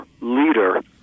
leader